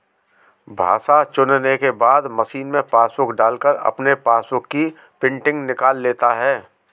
भाषा चुनने के बाद मशीन में पासबुक डालकर अपने पासबुक की प्रिंटिंग निकाल लेता है